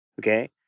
Okay